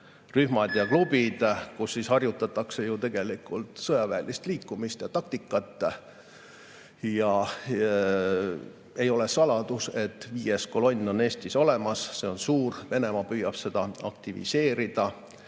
rühmad ja klubid, kus tegelikult harjutatakse ju sõjaväelist liikumist ja taktikat. Ei ole saladus, et viies kolonn on Eestis olemas, see on suur, ja Venemaa püüab seda aktiviseerida.